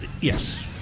Yes